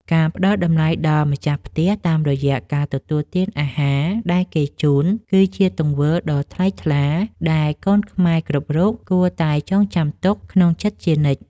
ការផ្តល់តម្លៃដល់ម្ចាស់ផ្ទះតាមរយៈការទទួលទានអាហារដែលគេជូន គឺជាទង្វើដ៏ថ្លៃថ្លាដែលកូនខ្មែរគ្រប់រូបគួរតែចងចាំទុកក្នុងចិត្តជានិច្ច។